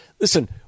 Listen